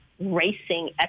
racing